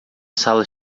sala